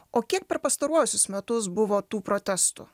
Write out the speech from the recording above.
o kiek per pastaruosius metus buvo tų protestų